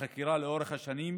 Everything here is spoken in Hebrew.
החקירה לאורך השנים,